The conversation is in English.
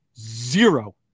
zero